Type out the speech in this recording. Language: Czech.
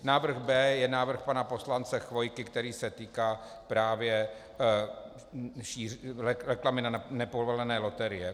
Návrh B je návrh pana poslance Chvojky, který se týká právě reklamy na nepovolené loterie.